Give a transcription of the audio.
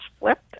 flipped